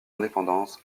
indépendance